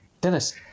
Dennis